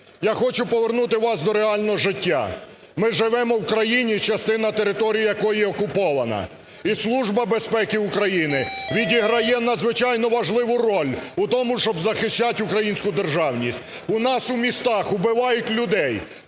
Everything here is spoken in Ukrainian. я хочу повернути вас до реального життя. Ми живемо в країні, частина території якої окупована, і Служба безпеки України відіграє надзвичайну роль у тому, щоб захищати українську державність. У нас у містах вбивають людей,